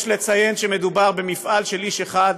יש לציין שמדובר במפעל של איש אחד,